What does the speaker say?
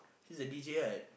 he is a D_J right